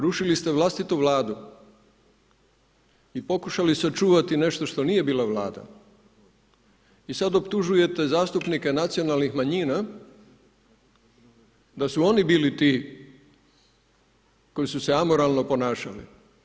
Rušili ste vlastitu Vladu i polkušali sačuvati nešto što nije bila Vlada i sada optužujete zastupnike nacionalnih manjina da su oni bili ti koji su se amoralno ponašali.